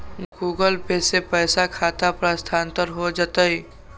Google Pay से पईसा खाता पर स्थानानंतर हो जतई?